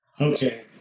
Okay